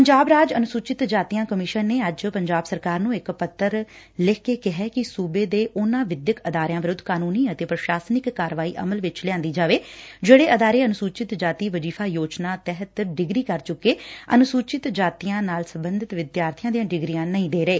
ਪੰਜਾਬ ਰਾਜ ਅਨੁਸਚਿਤ ਜਾਤੀਆਂ ਕਮਿਸੁਨ ਨੇ ਅੱਜ ਪੰਜਾਬ ਸਰਕਾਰ ਨੇ ਇਕ ਪੱਤਰ ਲਿਖ ਕੇ ਕਿਹੈ ਕਿ ਸਬੇ ਦੇ ਉਨਾਂ ਵਿੱਦਿਅਕ ਅਦਾਰਿਆਂ ਵਿਰੁੱਧ ਕਾਨੂੰਨੀ ਅਤੇ ਪੁਸ਼ਾਸ਼ਨਿਕ ਕਾਰਵਾਈ ਅਮਲ ਵਿੱਚ ਲਿਆਂਦੀ ਜਾਵੇ ਜਿਹੜੇ ਅਦਾਰੇ ਅਨੁਸੁਚਿਤ ਜਾਤੀ ਵਜੀਫ਼ਾ ਯੋਜਨਾ ਅਧੀਨ ਡਿਗਰੀ ਕਰ ਚੁੱਕੇ ਅਨੁਸੁਚਿਤ ਜਾਤੀਆਂ ਨਾ ਸਬੰਧਤ ਵਿਦਿਆਰਬੀਆਂ ਦੀਆਂ ਡਿਗਰੀਆਂ ਨਹੀ ਦੇ ਰਹੇ